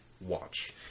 watch